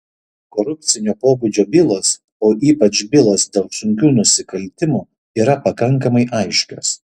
korupcinio pobūdžio bylos o ypač bylos dėl sunkių nusikaltimų yra pakankamai aiškios